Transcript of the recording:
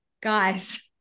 guys